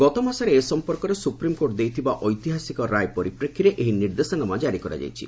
ଗତମାସରେ ଏ ସଂପର୍କରେ ସୁପ୍ରିମକୋର୍ଟ ଦେଇଥିବା ଐତିହାସିକ ରାୟ ପରିପ୍ରେକ୍ଷୀରେ ଏହି ନିର୍ଦ୍ଦେଶନାମା ଜାରି କରାଯାଇଛି